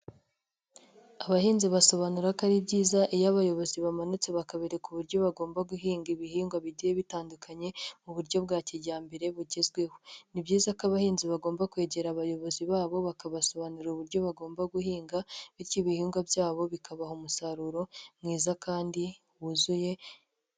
Abahinzi basobanura ko ari byiza iyo abayobozi bamanutse bakaberereka uburyo bagomba guhinga ibihingwa bigiye bitandukanye mu buryo bwa kijyambere bugezweho. Ni byiza ko abahinzi bagomba kwegera abayobozi babo bakabasobanurira uburyo bagomba guhinga, bityo ibihingwa byabo bikabaha umusaruro mwiza kandi wuzuye...